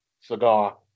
cigar